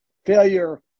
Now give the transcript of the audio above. Failure